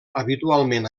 habitualment